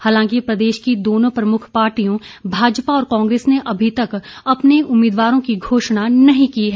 हालांकि प्रदेश की दोनों प्रमुख पार्टियों भाजपा और कांग्रेस ने अभी तक अपने उम्मीदवारों की घोषणा नहीं की है